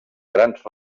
grans